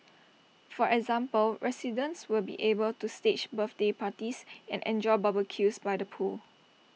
for example residents will be able to stage birthday parties and enjoy barbecues by the pool